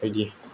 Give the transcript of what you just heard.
बायदि